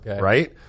Right